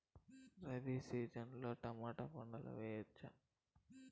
Rabi season లో tomato పంట వేయవచ్చా?